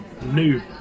new